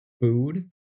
food